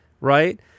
right